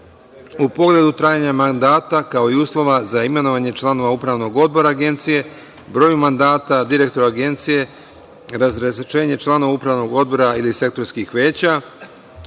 u pogledu trajanja mandata, kao i uslova za imenovanje članova upravnog odbora agencije, broju mandata, direktora agencije, razrešenje članova upravnog odbora ili sektorskih veća